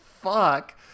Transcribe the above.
fuck